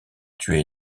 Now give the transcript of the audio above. tué